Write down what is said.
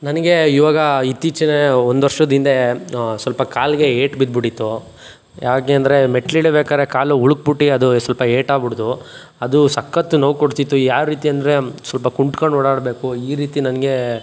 ನನಗೆ ಇವಾಗ ಇತ್ತೀಚಿನ ಒಂದು ವರ್ಷದಿಂದೆ ಸ್ವಲ್ಪ ಕಾಲಿಗೆ ಏಟುಬಿದ್ಬಿಟ್ಟಿತ್ತು ಹ್ಯಾಗೆ ಅಂದರೆ ಮೆಟ್ಲಿಳಿಬೇಕಾರೆ ಕಾಲು ಉಳುಕ್ಬುಟ್ಟು ಅದು ಸ್ವಲ್ಪ ಏಟಾಬುಡ್ತು ಅದು ಸಕತ್ ನೋವು ಕೊಡ್ತಿತ್ತು ಯಾವ ರೀತಿ ಅಂದರೆ ಸ್ವಲ್ಪ ಕುಂಟ್ಕಂಡು ಓಡಾಡಬೇಕು ಈ ರೀತಿ ನನಗೆ